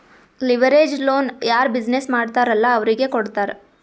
leverage loan ಯಾರ್ business ಮಾಡ್ತಾರ್ ಅಲ್ಲಾ ಅವ್ರಿಗೆ ಕೊಡ್ತಾರ್